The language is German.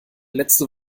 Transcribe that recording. letzte